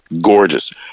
gorgeous